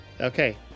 okay